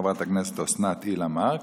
חברת הכנסת אוסנת הילה מארק,